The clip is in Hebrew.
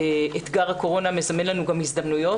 אתגר הקורונה מזמן לנו גם הזדמנויות,